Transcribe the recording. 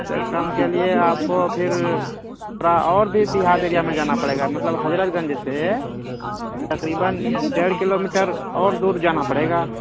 اس سے کم کے لیے آپ کو پھر تھوڑا اور بھی دیہات ایریا میں جانا پڑے گا مطلب حضرت گنج سے تقریباً ڈیڑھ کلو میٹر اور دور جانا پڑے گا